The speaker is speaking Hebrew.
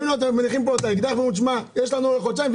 מניחים פה את האקדח ואומרים: יש לנו חודשיים,